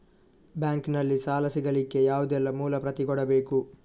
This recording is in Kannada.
ಬ್ಯಾಂಕ್ ನಲ್ಲಿ ಸಾಲ ಸಿಗಲಿಕ್ಕೆ ಯಾವುದೆಲ್ಲ ಮೂಲ ಪ್ರತಿ ಕೊಡಬೇಕು?